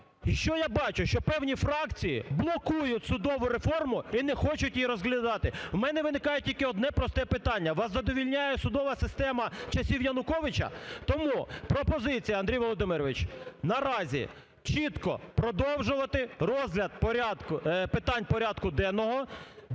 І що я бачу? Що певні фракції блокують судову реформу і не хочуть її розглядати. В мене виникає тільки одне просте питання: вас задовольняє судова система часів Януковича? Тому пропозиція, Андрій Володимирович: наразі чітко продовжувати розгляд порядку, питань порядку денного